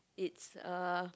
it's uh